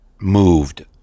Moved